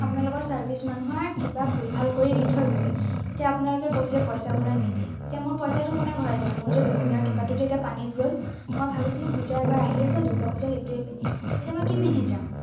আপোনালোকৰ চাৰ্ভিছৰ মানুহে কিবা ভুল ভাল কৰি দি থৈ গৈছে এতিয়া আপোনালোকে কৈছে যে পইচা ঘূৰাই নিদিয়ে এতিয়া মোৰ পইচাটো কোনে ঘূৰাই দিব মোৰ যে দুহেজাৰ টকাটো যে এতিয়া পানীত গ'ল মই ভাবিছিলোঁ পূজা এইবাৰ আহি আছে দূৰ্গা পূজাত এইটোৱেই পিন্ধিম এতিয়া মই কি পিন্ধি যাম